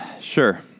Sure